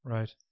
Right